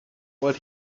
what